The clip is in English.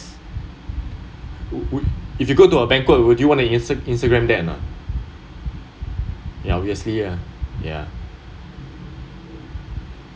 wou~ wou~ if you go to a banquet would you want have a in~ instagram that or not ya obviously lah ya